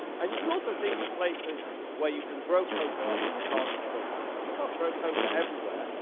and you can also think of places where you can grow coca and you can't grow coca. you can't grow coca everywhere.